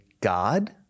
God